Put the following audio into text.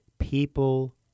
People